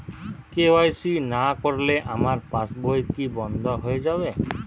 KYC না করলে আমার পাশ বই কি বন্ধ হয়ে যাবে?